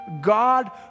God